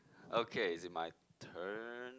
okay is it my turn